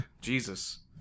Jesus